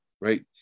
right